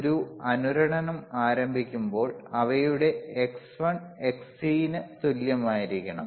ഒരു അനുരണനം ആരംഭിക്കുമ്പോൾ അവയുടെ Xl Xc ന് തുല്യമായിരിക്കും